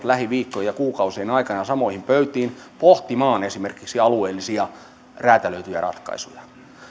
lähiviikkojen ja kuukausien aikana samoihin pöytiin pohtimaan esimerkiksi alueellisia räätälöityjä ratkaisuja